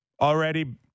already